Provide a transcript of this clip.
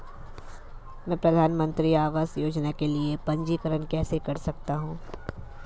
मैं प्रधानमंत्री आवास योजना के लिए पंजीकरण कैसे कर सकता हूं?